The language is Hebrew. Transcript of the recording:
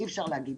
אי אפשר להגיד.